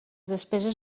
despeses